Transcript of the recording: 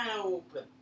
open